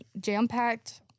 jam-packed